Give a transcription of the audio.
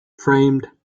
framed